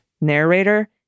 Narrator